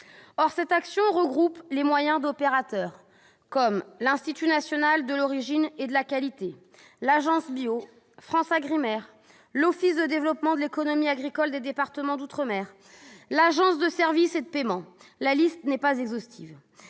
Or cette action regroupe les moyens dévolus aux opérateurs tels que l'Institut national de l'origine et de la qualité, l'INAO, l'Agence BIO, FranceAgriMer, l'Office de développement de l'économie agricole des départements d'outre-mer, l'Agence de services et de paiement ; la liste n'est pas exhaustive.